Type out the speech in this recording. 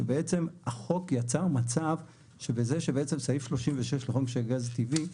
שבעצם החוק יצר מצב שבזה שבעצם סעיף 36 לחוק משק הגז הטבעי,